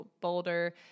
boulder